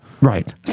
right